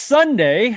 Sunday